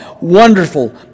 Wonderful